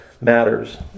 matters